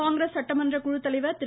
காங்கிரஸ் சட்டமன்ற குழுத்தலைவர் திரு